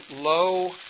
low